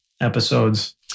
episodes